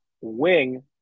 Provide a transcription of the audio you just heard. wing